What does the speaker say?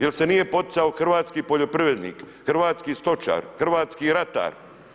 Jer se nije poticao hrvatski poljoprivrednik, hrvatski stočar, hrvatski ratar.